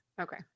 Okay